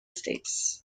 states